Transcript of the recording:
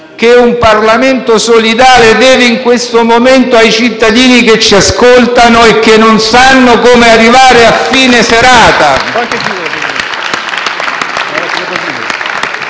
che un Parlamento solidale deve in questo momento ai cittadini che ci ascoltano e che non sanno come arrivare a fine serata